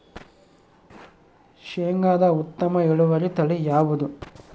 ಶೇಂಗಾದ ಉತ್ತಮ ಇಳುವರಿ ತಳಿ ಯಾವುದು?